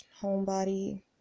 homebody